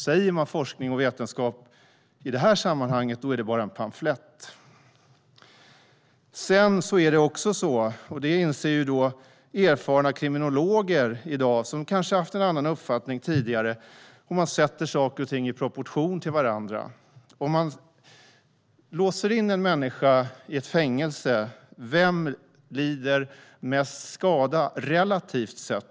Om man säger forskning och vetenskap i detta sammanhang är det bara en pamflett. Erfarna kriminologer har kanske haft en annan uppfattning tidigare, men man kan sätta saker och ting i proportion till varandra. Om en människa låses in i ett fängelse, vem lider då störst skada relativt sett?